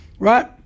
right